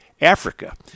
Africa